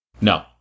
No